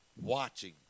Watching